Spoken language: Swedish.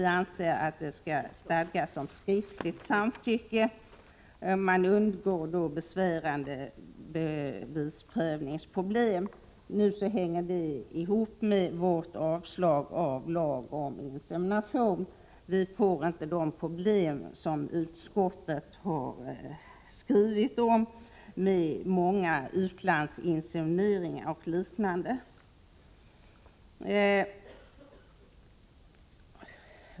Vi anser att det skall stadgas om skriftligt samtycke. Då undgår man besvärande bevisprövningsproblem. Nu hänger detta ihop med vårt yrkande om avslag på förslaget till lag om insemination. Vi får inte de problem som utskottet har skrivit om med många utlandsinsemineringar och liknande.